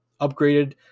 upgraded